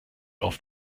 oft